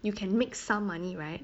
you can make some money right